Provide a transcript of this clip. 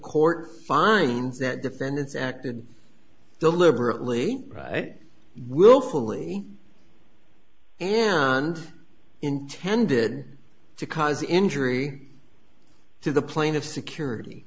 court finds that defendants acted deliberately willfully and intended to cause injury to the plane of security